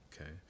Okay